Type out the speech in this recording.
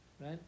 right